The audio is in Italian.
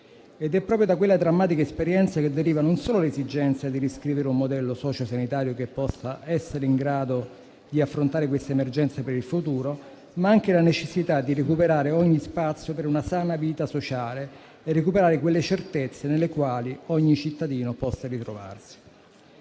È proprio da quella drammatica esperienza che deriva non solo l'esigenza di riscrivere un modello sociosanitario che possa essere in grado di affrontare queste emergenze per il futuro, ma anche la necessità di recuperare ogni spazio per una sana vita sociale e recuperare quelle certezze nelle quali ogni cittadino possa ritrovarsi.